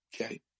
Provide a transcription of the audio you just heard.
Okay